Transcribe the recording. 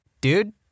dude